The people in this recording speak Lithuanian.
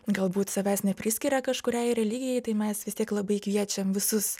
galbūt savęs nepriskiria kažkuriai religijai tai mes vis tiek labai kviečiam visus